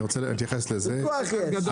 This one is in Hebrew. אני רוצה להתייחס לזה --- ויכוח יש,